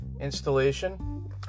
installation